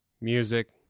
music